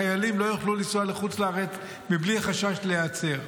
חיילים לא יוכלו לנסוע לחוץ לארץ בלי חשש להיעצר.